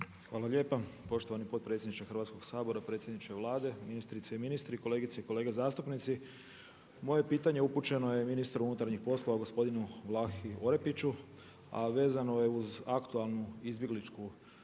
Hvala lijepa poštovani potpredsjedniče Hrvatskoga sabora, predsjedniče Vlade, ministrice i ministri, kolegice i kolege zastupnici. Moje pitanje upućeno je ministru unutarnjih poslova gospodinu Vlahi Orepiću a vezano je uz aktualnu izbjegličku